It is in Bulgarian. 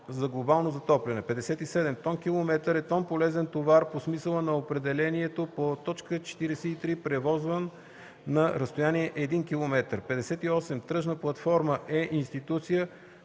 за глобално затопляне. 57. „Тонкилометър” е тон полезен товар по смисъла на определението по т. 43, превозван на разстояние един километър. 58. „Тръжна платформа“ е институция,